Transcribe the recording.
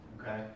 Okay